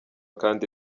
kandi